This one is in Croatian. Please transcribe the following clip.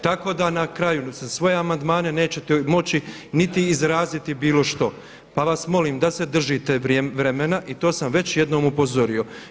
Tako da na kraju za svoje amandmane nećete moći niti izraziti bilo što pa vas molim da se držite vremena i to sam već jednom upozorio.